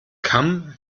kamm